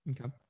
Okay